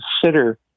consider